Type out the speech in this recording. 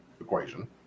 equation